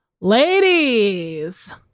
ladies